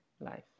life